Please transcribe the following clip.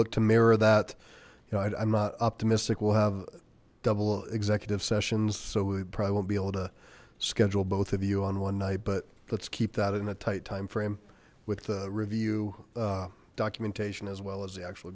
look to mirror that you know i'm not optimistic we'll have double executive sessions so we probably won't be able to schedule both of you on one night but let's keep that in a tight timeframe with the review documentation as well as the actual